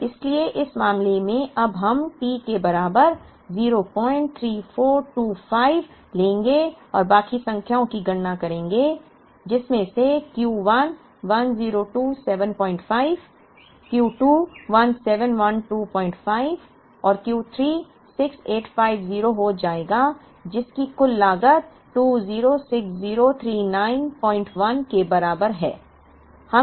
और इसलिए इस मामले में अब हम टी के बराबर 03425 लेंगे और बाकी संख्याओं की गणना करेंगे जिसमें से Q1 10275 Q2 17125 और Q3 6850 हो जाएगा जिसकी कुल लागत 2060391 के बराबर है